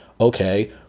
okay